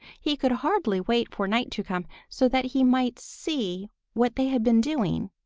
he could hardly wait for night to come so that he might see what they had been doing.